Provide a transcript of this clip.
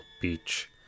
beach